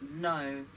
no